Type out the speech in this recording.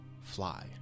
fly